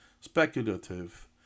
speculative